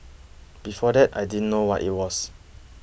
before that I didn't know what it was